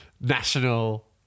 national